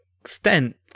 extent